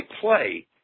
play